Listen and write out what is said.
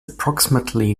approximately